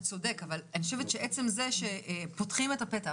נכון, אבל עצם זה שפותחים את הפתח